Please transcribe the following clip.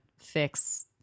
fix